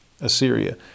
Assyria